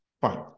Fine